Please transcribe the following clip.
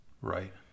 Right